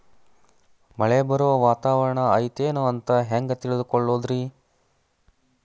ಮಳೆ ಬರುವ ವಾತಾವರಣ ಐತೇನು ಅಂತ ಹೆಂಗ್ ತಿಳುಕೊಳ್ಳೋದು ರಿ?